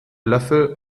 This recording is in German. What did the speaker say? löffel